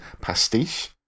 pastiche